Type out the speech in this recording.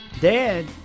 Dad